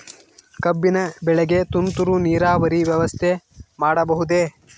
ಕಬ್ಬಿನ ಬೆಳೆಗೆ ತುಂತುರು ನೇರಾವರಿ ವ್ಯವಸ್ಥೆ ಮಾಡಬಹುದೇ?